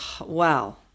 Wow